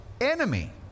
enemy